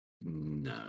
no